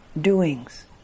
doings